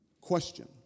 Question